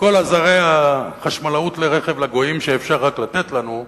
וכל עזרי החשמלאות לרכב לגויים שאפשר רק לתת לנו,